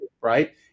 right